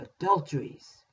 adulteries